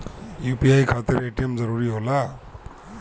UPI खातिर ATM जरूरी होला?